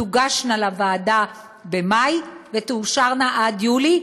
תוגשנה לוועדה במאי ותאושרנה עד יולי,